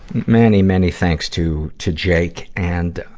many, many thanks to, to jake, and